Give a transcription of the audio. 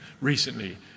recently